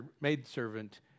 maidservant